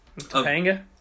Topanga